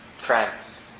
friends